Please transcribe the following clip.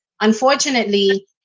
Unfortunately